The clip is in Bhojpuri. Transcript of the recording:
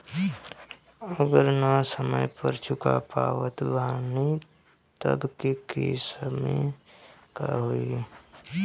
अगर ना समय पर चुका पावत बानी तब के केसमे का होई?